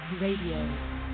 Radio